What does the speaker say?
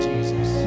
Jesus